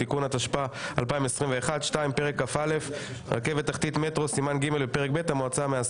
ו' באדר התשפ"ג 27 בפברואר 2023. בקשת יושב ראש ועדת הפנים והגנת